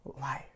life